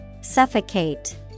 suffocate